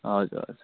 हजुर हजुर